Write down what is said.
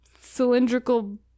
cylindrical